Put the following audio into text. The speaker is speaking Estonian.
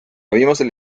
viimasel